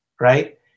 right